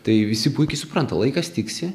tai visi puikiai supranta laikas tiksi